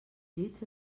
llits